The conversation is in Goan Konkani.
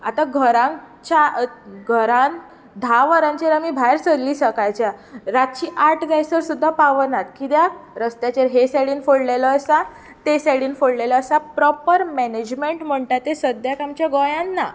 आतां घरांच्या घरान धा वरांचेर आमी भायर सरलीं सकाळच्या रातचीं आठ जायसर सुद्दां पावना कित्याक रस्त्याचेर हें सायडीन फोडलेंलें आसता ते सायडीन फोडलेलो आसा प्रोपर मेनेजमेंट म्हणटा तें सद्द्याक आमच्या गोंयांत ना